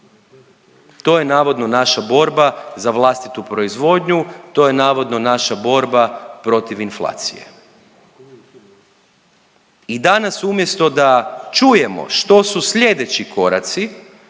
To je navodno naša borba za vlastitu proizvodnju, to je navodno naša borba protiv inflacije. I danas umjesto da čujemo što su sljedeći koraci